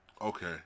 Okay